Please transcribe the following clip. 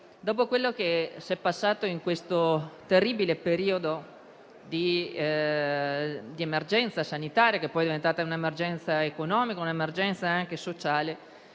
Dopo quello che abbiamo passato in questo terribile periodo di emergenza sanitaria, che poi è diventata un'emergenza economica e sociale,